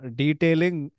detailing